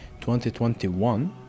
2021